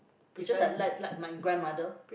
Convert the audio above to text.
it's just like like like my grandmother